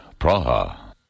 Praha